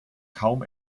kaum